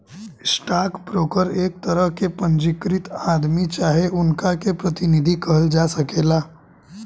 stock broker एक तरह के पंजीकृत आदमी चाहे उनका के प्रतिनिधि कहल जा सकेला